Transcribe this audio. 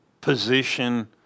position